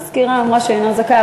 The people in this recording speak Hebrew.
המזכירה אמרה שאינו זכאי,